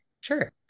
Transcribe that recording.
Sure